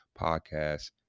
podcast